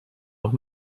noch